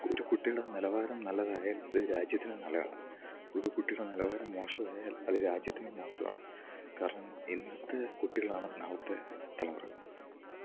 ഒരു കുട്ടീടെ നിലവാരം നല്ലതായാൽ അത് രാജ്യത്തിനും നല്ലതാണ് ഒരു കുട്ടിയുടെ നിലവാരം മോശവായാൽ അത് രാജ്യത്തിനും മോശവാണ് കാരണം ഇന്നത്തെ കുട്ടികളാണ് നാളത്തെ തലമുറ അപ്പം